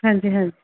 ਹਾਂਜੀ ਹਾਂਜੀ